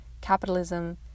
capitalism